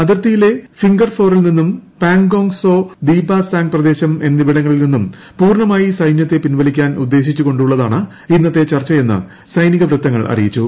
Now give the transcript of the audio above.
അതിർത്തിയിലെ ഫിംഗർ ഫോറിൽ നിന്നും പാങ്ഗോങ് സോ ഡീപസാംഗ് പ്രദേശം എന്നിവിടങ്ങളിൽ നിന്നും പൂർണ്ണമായി സൈന്യത്തെ പിൻവലിക്കാൻ ഉദ്ദേശിച്ചു കൊണ്ടുള്ളതാണ് ഇന്നത്തെ ചർച്ചയെന്ന് സൈനിക വൃത്തങ്ങൾ അറിയിച്ചു